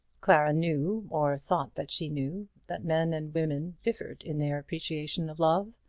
clara knew, or thought that she knew, that men and women differed in their appreciation of love.